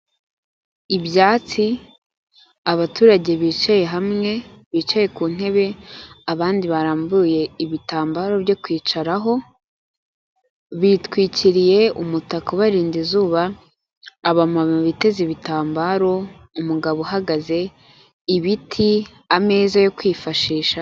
Ibyatsi, abaturage bicaye hamwe bicaye ku ntebe, abandi barambuye ibitambaro byo kwicaraho bitwikiriye umutaka ubarinda izuba, abamama biteza ibitambaro, umugabo uhagaze, ibiti, ameza yo kwifashisha.